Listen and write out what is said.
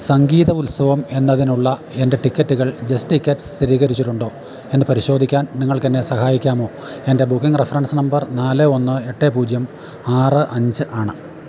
സംഗീതോത്സവം എന്നതിനുള്ള എന്റെ ടിക്കറ്റുകൾ ജസ്റ്റിക്കറ്റ്സ് സ്ഥിരീകരിച്ചിട്ടുണ്ടോയെന്ന് പരിശോധിക്കാൻ നിങ്ങൾക്കെന്നെ സഹായിക്കാമോ എന്റെ ബുക്കിങ് റഫ്രൻസ് നമ്പർ നാല് ഒന്ന് എട്ട് പൂജ്യം ആറ് അഞ്ച് ആണ്